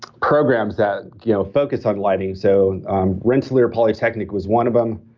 programs that you know focus on lighting, so rensselaer polytechnic was one of them.